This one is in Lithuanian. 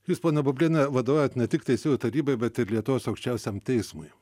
jūs ponia bubliene vadovaujat ne tik teisėjų tarybai bet ir lietuvos aukščiausiam teismui